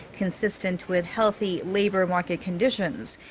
consistent with healthy labor market conditions.